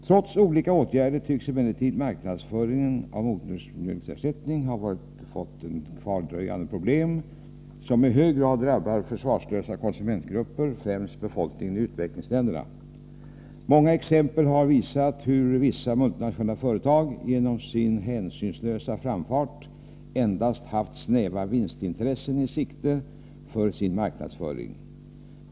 Trots olika åtgärder tycks emellertid marknadsföringen av modersmjölksersättning vara ett kvardröjande problem som i hög grad drabbar försvarslösa konsumentgrupper — främst befolkningen i utvecklingsländerna. Många exempel har visat hur vissa multinationella företag genom sin hänsynslösa framfart endast haft snäva vinstintressen i sikte vid sin marknadsföring.